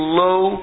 low